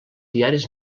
diaris